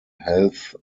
health